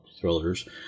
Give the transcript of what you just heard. thrillers